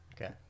Okay